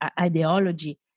ideology